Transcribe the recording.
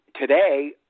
Today